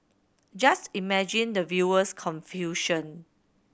just imagine the viewer's confusion